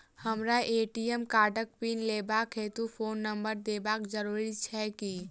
हमरा ए.टी.एम कार्डक पिन लेबाक हेतु फोन नम्बर देबाक जरूरी छै की?